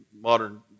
modern